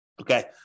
Okay